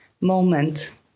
moment